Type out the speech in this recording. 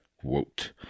quote